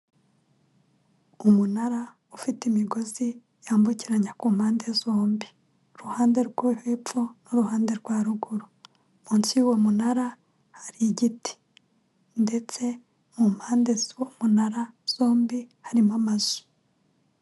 Umunara ufite imigozi yambukiranya ku mpande zombi; ruhande rwo hepfo n'uruhande rwa ruguru; munsi y'uwo munara hari igiti ndetse mu mpande z'uwo munara zombi harimo amazu.